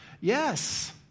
Yes